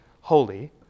holy